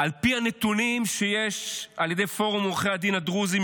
על פי הנתונים שיש על ידי פורום עורכי הדין הדרוזים,